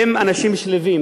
הם אנשים שלווים,